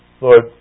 Lord